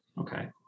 okay